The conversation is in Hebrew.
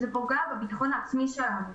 זה פוגע בביטחון העצמי שלנו,